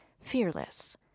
fearless